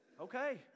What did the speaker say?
okay